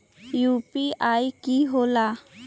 UPI कि होला?